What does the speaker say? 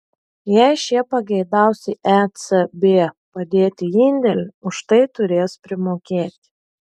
jei šie pageidaus į ecb padėti indėlį už tai turės primokėti